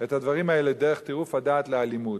את הדברים האלה, דרך טירוף הדעת, לאלימות.